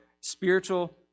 Spiritual